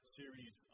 series